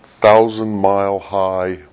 thousand-mile-high